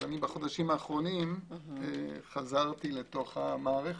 בחודשים האחרונים חזרתי למערכת,